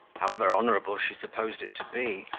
however honourable she supposed it to be,